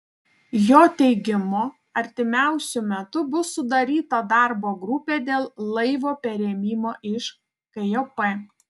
jo teigimu artimiausiu metu bus sudaryta darbo grupė dėl laivo perėmimo iš kjp